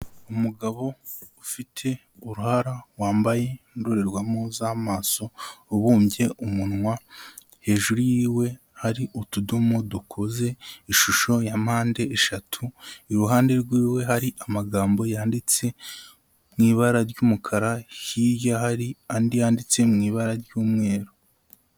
Umugabo ufite uruhara, wambaye indorerwamo z'amaso, ubumbye umunwa. Hejuru y'iwe hari utudomo dukoze ishusho ya mpande eshatu, iruhande rw'iwe hari amagambo yanditse mu ibara ry'umukara, hirya hari andi yanditse mu ibara ry'umweru.